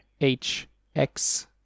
HX